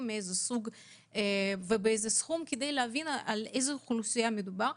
ומאיזה סוג ובאיזה סכום כדי להבין על איזו אוכלוסייה מדובר.